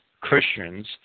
Christians